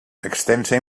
extensa